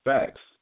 Facts